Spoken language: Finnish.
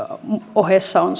ohessa on